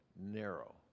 narrow